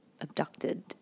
abducted